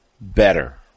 better